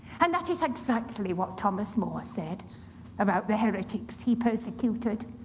and that is exactly what thomas more said about the heretics he persecuted.